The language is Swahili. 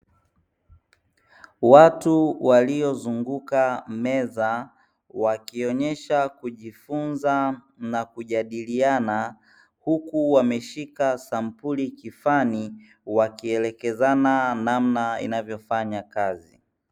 Watu waliozunguka meza wakionyesha kujifunza na kujadiliana, huku wameshika sampuli kifani wakielekezana namna inavyofanya kazi.